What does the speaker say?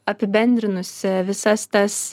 apibendrinusi visas tas